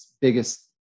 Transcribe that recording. biggest